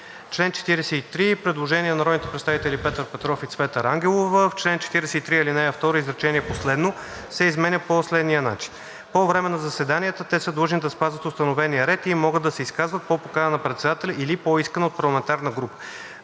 чл. 43 има предложение на народните представители Петър Петров и Цвета Рангелова: В чл. 43, алинея 2, изречение последно се изменя по следния начин: „По време на заседанията те са длъжни да спазват установения ред и могат да се изказват по покана на председателя или по искане от парламентарна група,